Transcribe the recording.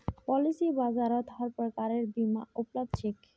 policy बाजारत हर प्रकारेर बीमा उपलब्ध छेक